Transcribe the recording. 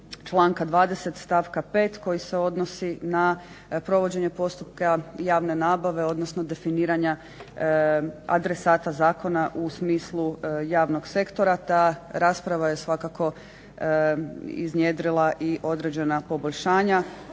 članka 20. stavka 5. koji se odnosi na provođenje postupka javne nabave, odnosno definiranja adresata zakona u smislu javnog sektora. Ta rasprava je svakako iznjedrila i određenja poboljšanja